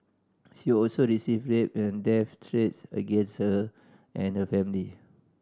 she also received rape and death threats against her and her family